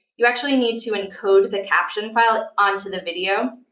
you actually need to encode the caption file onto the video.